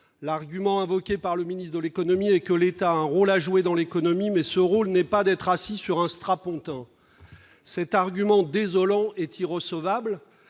L'argument invoqué par le ministre de l'économie est que « l'État a un rôle à jouer dans l'économie, mais ce rôle [...] n'est pas d'être assis sur un strapontin ...». Cet argument désolant est irrecevable,